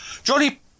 Johnny